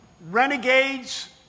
Renegades